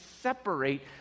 separate